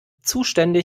zuständig